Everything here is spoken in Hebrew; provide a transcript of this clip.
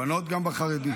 הבנות, גם בחרדי.